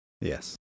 Yes